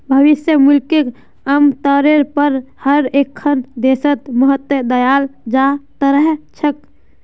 भविष्य मूल्यक आमतौरेर पर हर एकखन देशत महत्व दयाल जा त रह छेक